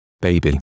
baby